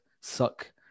suck